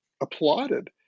applauded